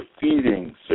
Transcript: feeding